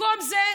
במקום זה,